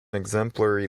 exemplary